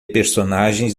personagens